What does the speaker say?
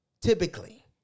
Typically